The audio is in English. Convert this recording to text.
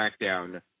SmackDown